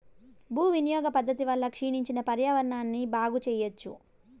భూ వినియోగ పద్ధతి వల్ల క్షీణించిన పర్యావరణాన్ని బాగు చెయ్యచ్చు